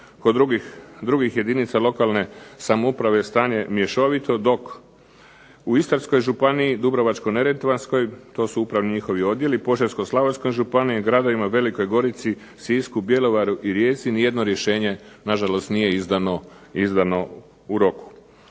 Kod drugih jedinica lokalne samouprave stanje je mješovito dok u Istarskoj županiji, Dubrovačko-neretvanskoj, to su upravni njihovi odjeli, Požeško-slavonskoj županiji, gradovima Velikoj Gorici, Sisku, Bjelovaru i Rijeci ni jedno rješenje na žalost nije izdano u roku.